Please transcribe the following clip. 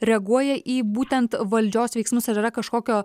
reaguoja į būtent valdžios veiksmus ar yra kažkokio